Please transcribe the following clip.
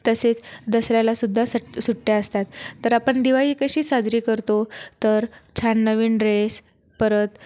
तसेच दसऱ्याला सुद्धा सट सुट्या असतात तर आपण दिवाळी कशी साजरी करतो तर छान नवीन ड्रेस परत